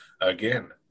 again